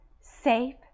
safe